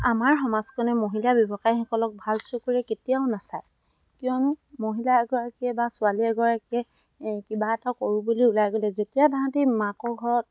আমাৰ সমাজখনে মহিলা ব্যৱসায়ীসকলক ভাল চকুৰে কেতিয়াও নাচায় কিয়নো মহিলা এগৰাকীয়ে বা ছোৱালী এগৰাকীয়ে কিবা এটা কৰোঁ বুলি ওলাই গ'লে যেতিয়া তাহাঁতি মাকৰ ঘৰত